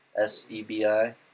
S-E-B-I